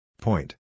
Point